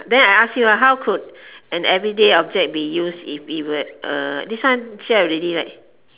then I ask you ah how could an everyday object be used if it would uh this one share already right